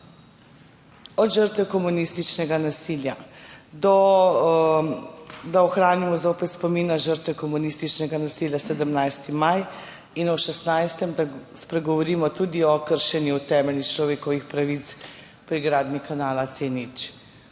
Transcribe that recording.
od žrtev komunističnega nasilja, da ohranimo zopet spomin na žrtve komunističnega nasilja, 17. maj, in v 16. da spregovorimo tudi o kršenju temeljnih človekovih pravic pri gradnji kanala C0.